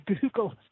Google